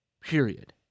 period